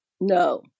No